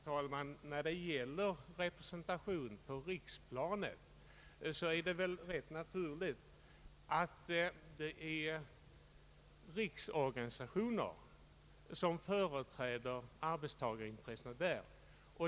Herr talman! När det gäller representation på riksplanet är det väl rätt naturligt att arbetstagarintressena företräds av riksorganisationer.